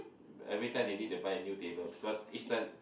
every time they need to buy a new table because each time